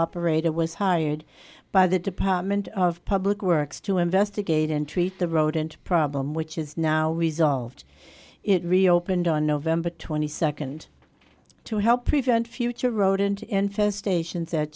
operator was hired by the department of public works to investigate and treat the rodent problem which is now resolved it reopened on november twenty second to help prevent future rodent infestations that